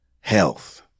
health